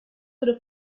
could